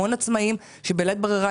המון עצמאיים שבלית ברירה,